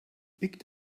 picked